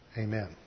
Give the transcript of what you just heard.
Amen